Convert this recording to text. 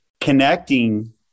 connecting